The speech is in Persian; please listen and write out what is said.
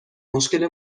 مشکل